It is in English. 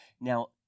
Now